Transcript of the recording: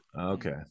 Okay